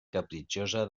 capritxosa